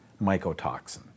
mycotoxin